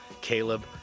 Caleb